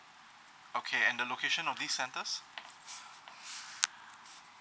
okay and the locations of these centers